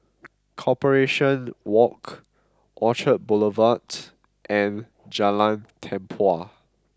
Corporation Walk Orchard Boulevard and Jalan Tempua